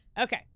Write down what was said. Okay